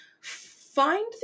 find